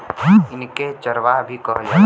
इनके चरवाह भी कहल जाला